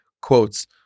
quotes